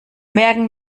merken